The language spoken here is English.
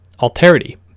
alterity